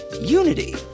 unity